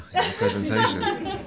presentation